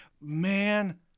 Man